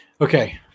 Okay